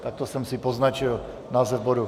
Takto jsem si poznačil název bodu.